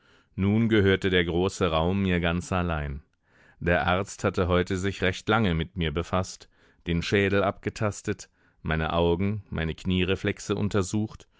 nun gehörte der große raum mir ganz allein der arzt hatte heute sich recht lange mit mir befaßt den schädel abgetastet meine augen meine kniereflexe untersucht